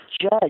judge